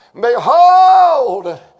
behold